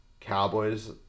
Cowboys